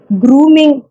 grooming